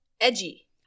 edgy